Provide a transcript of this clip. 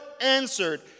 answered